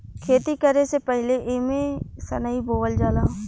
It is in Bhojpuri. खेती करे से पहिले एमे सनइ बोअल जाला